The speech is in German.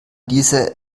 diese